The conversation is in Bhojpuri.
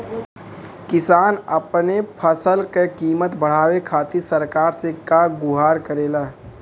किसान अपने फसल क कीमत बढ़ावे खातिर सरकार से का गुहार करेला?